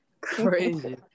crazy